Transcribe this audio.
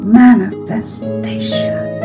manifestation